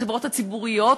החברות הציבוריות,